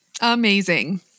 Amazing